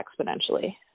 exponentially